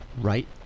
right